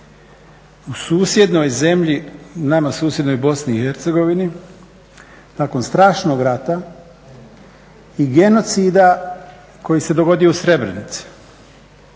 U susjednoj zemlji, nama susjednoj BiH nakon strašnog rata i genocida koji se dogodio u Srebrenici,